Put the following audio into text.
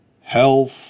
health